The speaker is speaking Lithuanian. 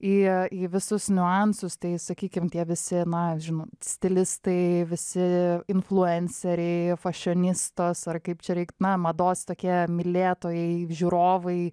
į į visus niuansus tai sakykim tie visi na stilistai visi influenceriai fašionistos ar kaip čia reik na mados tokie mylėtojai žiūrovai